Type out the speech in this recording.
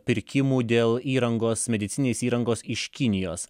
pirkimų dėl įrangos medicininės įrangos iš kinijos